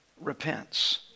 repents